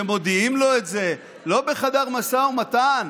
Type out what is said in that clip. כשמודיעים לו את זה לא בחדר משא ומתן,